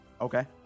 Okay